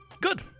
Good